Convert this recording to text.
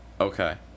Okay